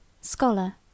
Scholar